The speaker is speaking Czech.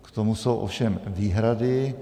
K tomu jsou ovšem výhrady.